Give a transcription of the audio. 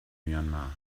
myanmar